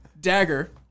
dagger